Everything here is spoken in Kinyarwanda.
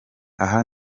aha